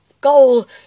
goal